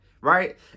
right